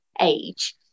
age